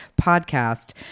podcast